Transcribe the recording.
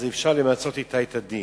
אפשר למצות אתה את הדין.